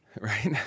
Right